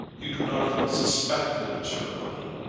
you do not even suspect that it is her money.